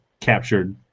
captured